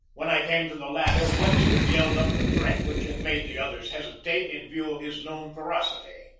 when i came to the ladder webster yelled up the threat which had made the others hesitate in view of his known feroc ity.